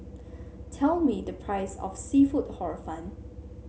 tell me the price of seafood Hor Fun